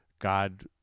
god